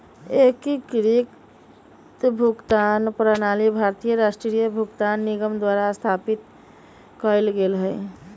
एकीकृत भुगतान प्रणाली भारतीय राष्ट्रीय भुगतान निगम द्वारा स्थापित कएल गेलइ ह